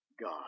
God